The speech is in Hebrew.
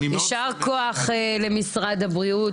יישר כוח למשרד הבריאות.